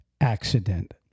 accident